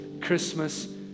Christmas